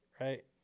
right